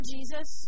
Jesus